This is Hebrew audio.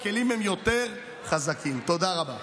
תודה רבה.